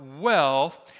wealth